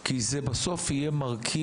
כמחוקקת, אם תצטרכי פרוטזה אני מבטיח לך שתקבלי.